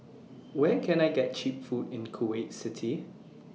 Where Can I get Cheap Food in Kuwait City